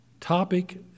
topic